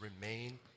remain